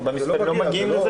לא מגיעים לזה?